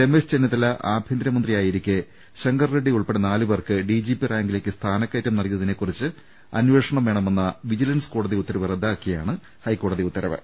രമേശ് ചെന്നിത്തല ആഭ്യന്തര മന്ത്രിയായിരിക്കെ ശങ്കർറെഡ്ഡി ഉൾപ്പെടെ നാലൂപേർക്ക് ഡിജിപി റാങ്കിലേക്ക് സ്ഥാനക്കയറ്റം നൽകിയതിനെ കുറിച്ച് അന്വേഷണം വേണമെന്ന വിജിലൻസ് കോടതി ഉത്തരവ് റദ്ദാക്കിയാണ് ഹൈക്കോടതി ഉത്തരവ്